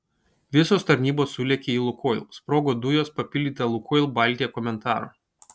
visos tarnybos sulėkė į lukoil sprogo dujos papildyta lukoil baltija komentaru